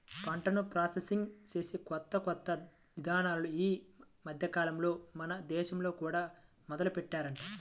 పంటను ప్రాసెసింగ్ చేసే కొత్త కొత్త ఇదానాలు ఈ మద్దెకాలంలో మన దేశంలో కూడా మొదలుబెట్టారంట